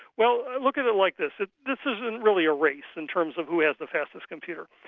well look at at like this. ah this isn't really a race in terms of who has the fastest computer.